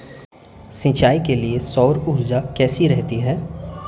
सिंचाई के लिए सौर ऊर्जा कैसी रहती है?